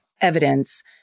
evidence